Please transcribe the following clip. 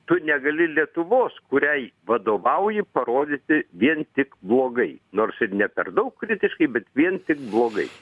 tu negali lietuvos kuriai vadovauji parodyti vien tik blogai nors ir ne per daug kritiškai bet vien tik blogai